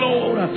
Lord